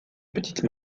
petite